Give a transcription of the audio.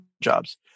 jobs